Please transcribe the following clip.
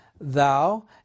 thou